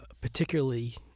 particularly